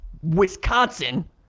Wisconsin